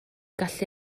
gallu